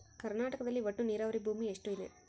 ಕರ್ನಾಟಕದಲ್ಲಿ ಒಟ್ಟು ನೇರಾವರಿ ಭೂಮಿ ಎಷ್ಟು ಇದೆ?